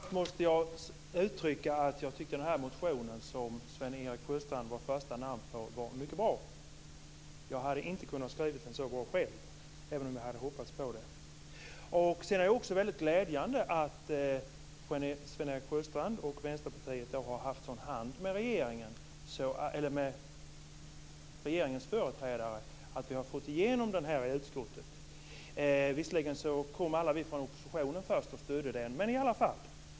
Herr talman! Först måste jag uttrycka att jag tycker den motion där Sven-Erik Sjöstrand stod som första namn var mycket bra. Jag hade inte kunnat skriva en så bra själv, även om jag hade hoppats på det. Det är också väldigt glädjande att Sven-Erik Sjöstrand och Vänsterpartiet har haft sådan hand med regeringens företrädare att vi har fått igenom det här i utskottet. Visserligen kom alla vi från oppositionen först att stödja den, men i alla fall.